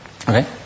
Okay